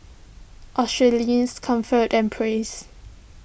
Australis Comfort and Praise